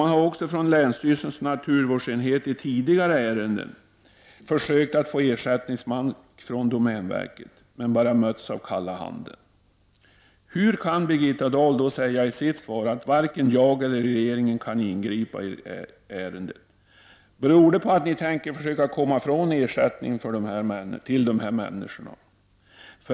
Man har på länsstyrelsens naturvårdsenhet också i ärenden tidigare försökt att få ersättningsmark från domänverket. Men man har bara mötts av kalla handen. Hur kan då Birgitta Dahl säga i sitt svar att ”varken jag eller regeringen kan ingripa i ärendet”? Beror det på att ni tänker försöka komma ifrån ersättningen till dessa människor?